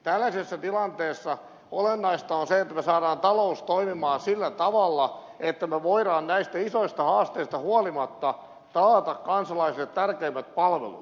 tällaisessa tilanteessa olennaista on se että me saamme talouden toimimaan sillä tavalla että me voimme näistä isoista haasteista huolimatta taata kansalaisille tärkeimmät palvelut